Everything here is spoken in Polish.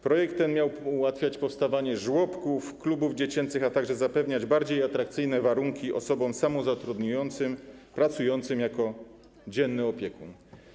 Projekt ten miał ułatwiać powstawanie żłobków, klubów dziecięcych, a także zapewniać bardziej atrakcyjne warunki osobom samozatrudnionym, pracującym jako dzienny opiekun.